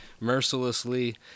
mercilessly